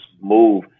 move